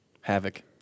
havoc